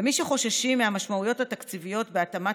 למי שחוששים מהמשמעויות התקציביות בהתאמת